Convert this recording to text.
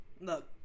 look